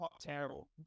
Terrible